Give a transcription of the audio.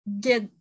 get